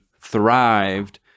thrived